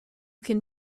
can